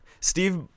Steve